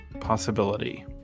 possibility